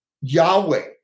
yahweh